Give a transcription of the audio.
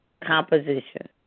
composition